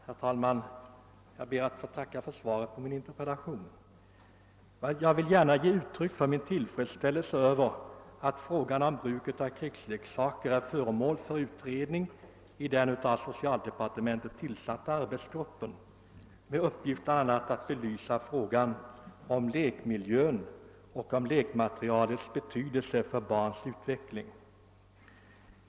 Herr talman! Jag ber att få tacka för svaret på min interpellation. Jag vill gärna ge uttryck för min tillfredsställelse över att frågan om bruket av krigsleksaker är föremål för utredning i den av socialdepartementet tillsatta — arbetsgruppen med uppgift bl.a. att belysa lekmiljön och lekmaterialets betydelse för barns utveckling.